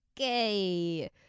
okay